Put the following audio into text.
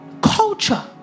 Culture